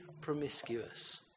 promiscuous